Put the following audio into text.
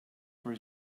for